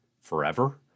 forever